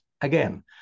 again